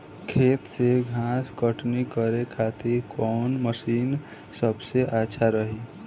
खेत से घास कटनी करे खातिर कौन मशीन सबसे अच्छा रही?